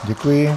Děkuji.